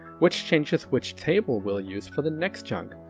which changes which table we'll use for the next chunk,